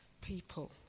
people